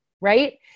Right